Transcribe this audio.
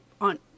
on